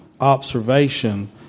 observation